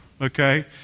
Okay